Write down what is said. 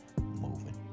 moving